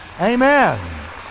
Amen